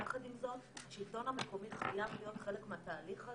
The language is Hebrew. יחד עם זאת השלטון המקומי חייב להיות חלק מהתהליך הזה,